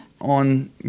on